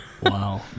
Wow